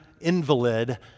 invalid